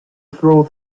throw